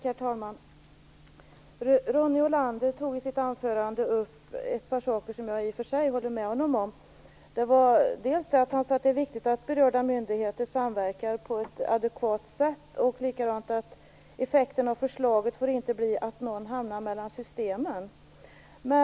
Herr talman! Ronny Olander tog i sitt huvudanförande upp ett par saker, som jag i och för sig kan hålla med om. Han sade att det är viktigt att berörda myndigheter samverkar på ett adekvat sätt och att effekterna av förslaget inte får bli att någon hamnar mellan systemen.